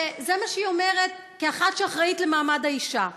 שזה מה שהיא אומרת כאחת שאחראית למעמד האישה: